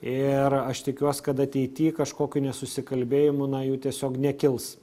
ir aš tikiuos kad ateity kažkokių nesusikalbėjimų na jų tiesiog nekils